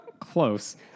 Close